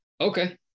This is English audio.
Okay